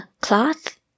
cloth